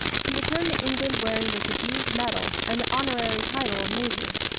he returned to england wearing the khedive's medal and the honorary title of major.